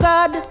God